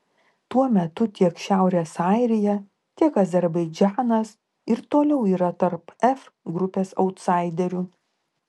tuo metu tiek šiaurės airija tiek azerbaidžanas ir toliau yra tarp f grupės autsaiderių